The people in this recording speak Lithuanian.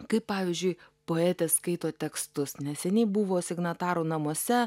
kaip pavyzdžiui poetė skaito tekstus neseniai buvo signatarų namuose